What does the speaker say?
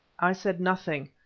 i said nothing,